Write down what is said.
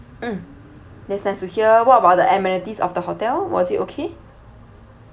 mm that's nice to hear what about the amenities of the hotel was it okay